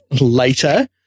later